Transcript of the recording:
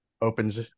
opens